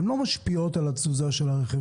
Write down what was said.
הן לא משפיעות על התזוזה של הרכב.